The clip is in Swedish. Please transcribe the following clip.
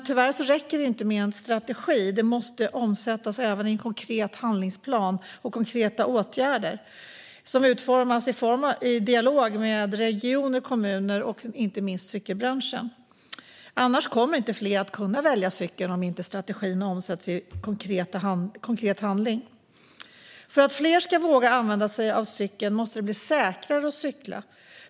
Tyvärr räcker det inte med en strategi, utan den måste omsättas i en konkret handlingsplan och konkreta åtgärder som utformas i dialog med regioner, kommuner och inte minst cykelbranschen. Det kommer inte att vara fler som kan välja cykeln om strategin inte omsätts i konkret handling. För att fler ska våga använda sig av cykeln måste det bli säkrare att cykla.